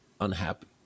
unhappy